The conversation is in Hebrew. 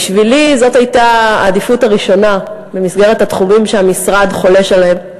בשבילי זאת הייתה העדיפות הראשונה במסגרת התחומים שהמשרד חולש עליהם,